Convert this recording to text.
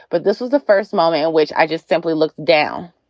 but this was the first moment in which i just simply looked down.